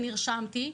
נרשמתי,